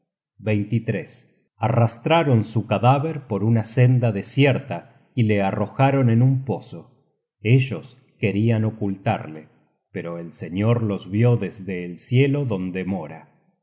vida arrastraron su cadáver por una senda desierta y le arrojaron en un pozo ellos querian ocultarle pero el señor los vió desde el cielo donde mora